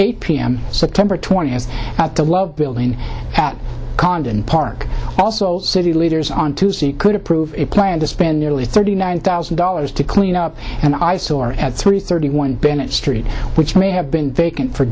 eight p m so temperate twenty is at the low building at condon park also city leaders on tuesday could approve a plan to spend nearly thirty nine thousand dollars to clean up an eyesore at three thirty one bennett street which may have been vacant for